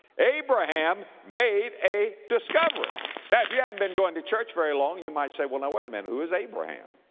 abraham made a discovery yeah if you haven't been going to church very long, you might say, well now, wait a minute, who is abraham?